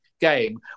game